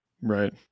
Right